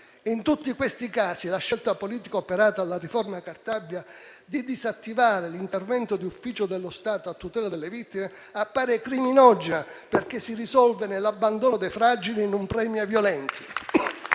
In tutti questi casi, la scelta politica operata dalla riforma Cartabia di disattivare l'intervento d'ufficio dello Stato a tutela delle vittime appare criminogena, perché si risolve nell'abbandono dei fragili e in un premio ai violenti.